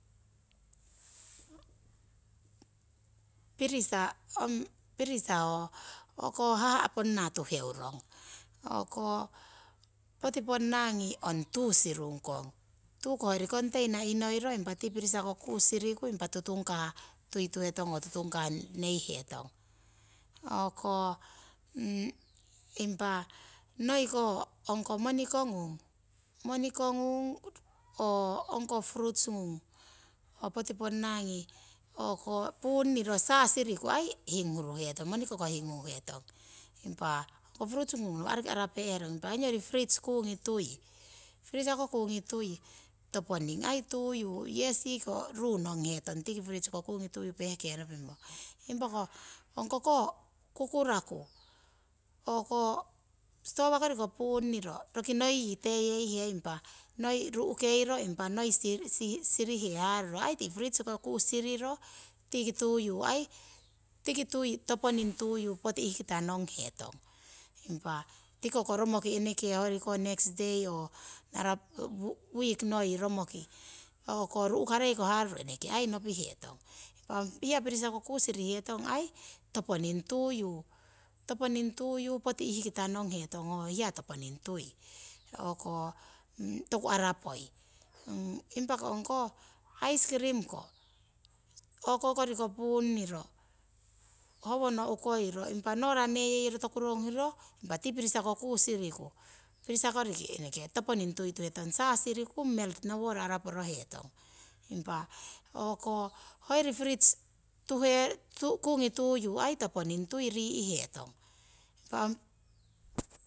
pirisa ong pirisa ho o'ko haha' ponna tuheurong, o'ko poti ponnangi ong tuu sirung kong. Tuu ko hoyori container inoiro impa tii pirisa kuu siriku impa tutungkah tuituhetong oo tutungkah neihetong. O'ko impa noiko ongko moniko ngung, moniko ngung oo ongkoh fruits ngung ho poti ponna o'ko puunniro saa siriku aii hinghuru hetong moniko ko hinghuhetong, impa hoko fruits ngung nawa' roki arape'herong impa ongori fridge kuungi tui. Pirisa ko kuungi tui toponing aii tuyu yesi ko ruu nonghetong tiki fridge ko kuungi tuyu pehke nopimo. Impa ko ongko koh kukuraku o'ko stowa koriko puunniro roki noi yii teyeihe impa noi ru'keiro impa noi sirihe haruro aii tii fridge kuu siriro, tiki tuyu aii tiki tui toponing tuyu poti ihkita nonghetong. Impa tiko ko romoki eneke hoyori ko next day or wik noi romoki o'ko ru'karei ko haruro aii eneke nopihetong. Impa ong hiya pirisa ko kuu sirihetong aii toponing tuyu, toponing tuyu poti ihkita nonghetong ho hiya toponing tui, o'ko toku arapoi. impa ko ice cream ko o'ko koriko puunniro howono ukoiro impa no'ra neyeiro toku ronguhiro, impa tii pirisa ko kuu siriku, pirisa koriki eneke toponing tuituhetong, saa siriku melt noworo araporohetong. Impa o'ko hoyori fridge tuhe kuungi tuyu aii toponing tui rii'hetong impa